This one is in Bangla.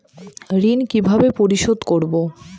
ঋণ কিভাবে পরিশোধ করব?